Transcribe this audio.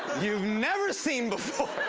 you've never seen before.